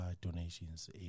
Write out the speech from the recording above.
donations